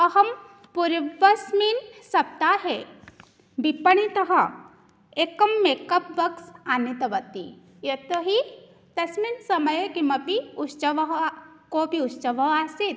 अहं पूर्वस्मिन् सप्ताहे विपणितः एकं मेकप् बाक्स् आनितवती यतो हि तस्मिन् समये किमपि उत्सवः कोऽपि उत्सवः आसीत्